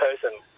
person